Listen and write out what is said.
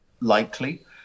likely